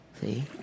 see